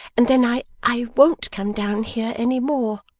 and then i i won't come down here any more